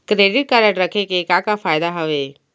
Credit card रखे के का का फायदा हवे?